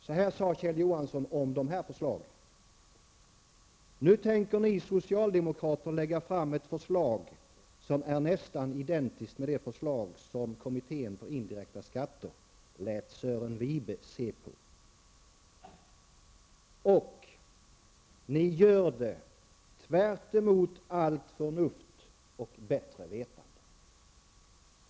Så här sade Kjell Johansson om de här förslagen: ''Nu tänker ni socialdemokrater lägga fram ett förslag som är nästan identiskt med det förslag som Wibe se på. Och ni gör det tvärtemot allt förnuft och bättre vetande.''